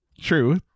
True